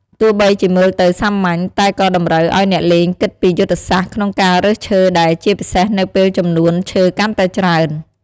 ទោះបីជាមើលទៅសាមញ្ញ តែក៏តម្រូវឲ្យអ្នកលេងគិតពីយុទ្ធសាស្ត្រក្នុងការរើសឈើដែរ ជាពិសេសនៅពេលចំនួនឈើកាន់តែច្រើន។